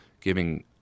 giving